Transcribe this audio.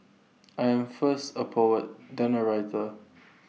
I am first A poet then A writer